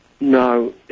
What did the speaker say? no